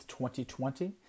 2020